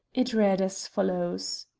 it read as follows